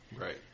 Right